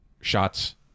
shots